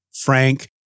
Frank